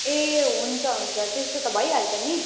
ए हुन्छ हुन्छ त्यस्तो त भइहाल्छ नि